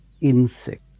insect